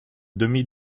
demi